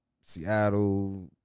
Seattle